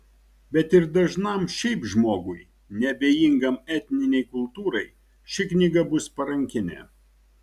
bet ir dažnam šiaip žmogui neabejingam etninei kultūrai ši knyga bus parankinė